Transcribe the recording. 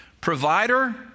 provider